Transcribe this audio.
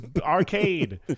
Arcade